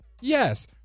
Yes